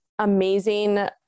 Amazing